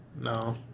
No